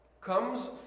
comes